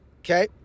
Okay